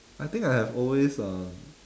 I think I have always um